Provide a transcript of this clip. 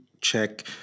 check